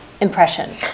impression